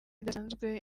idasanzwe